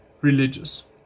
religious